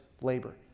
labor